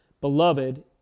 beloved